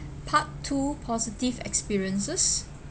part two positive experiences